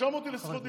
לא יעזור לך כלום.